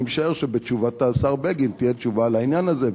אני משער שבתשובת השר בגין תהיה תשובה בעניין הזה,